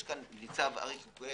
יש פה ניצב אריק יקואל,